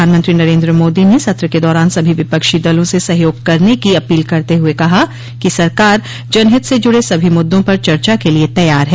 प्रधानमंत्री नरेन्द्र मोदी ने सत्र के दौरान सभी विपक्षी दलों से सहयोग करने की अपील करते हुए कहा कि सरकार जनहित से जुड़े सभी मुद्दों पर चर्चा के लिये तैयार है